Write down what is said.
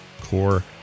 Core